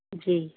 جی